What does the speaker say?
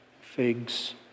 figs